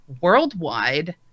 worldwide